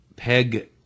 Peg